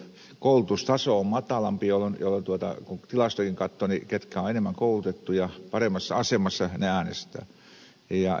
koulutustaso on matalampi jolloin kun tilastojakin katsoo ketkä ovat enemmän koulutettuja paremmassa asemassa ne äänestävät